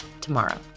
tomorrow